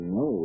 no